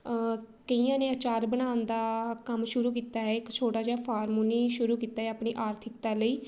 ਕਈਆਂ ਨੇ ਅਚਾਰ ਬਣਾਉਣ ਦਾ ਕੰਮ ਸ਼ੁਰੂ ਕੀਤਾ ਹੈ ਇੱਕ ਛੋਟਾ ਜਿਹਾ ਫਾਰਮ ਉਨੀ ਸ਼ੁਰੂ ਕੀਤਾ ਆਪਣੀ ਆਰਥਿਕਤਾ ਲਈ